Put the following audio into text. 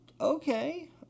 okay